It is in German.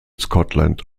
scotland